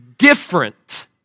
different